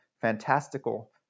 fantastical